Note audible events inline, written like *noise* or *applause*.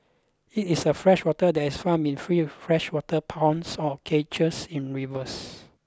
it is a freshwater that is farmed in free *unintelligible* freshwater ponds or cages in rivers